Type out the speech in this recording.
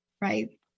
right